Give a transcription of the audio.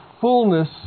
fullness